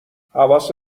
حواست